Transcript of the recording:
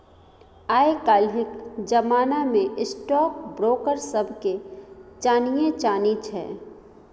आय काल्हिक जमाना मे स्टॉक ब्रोकर सभके चानिये चानी छै